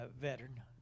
veteran